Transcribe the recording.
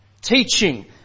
Teaching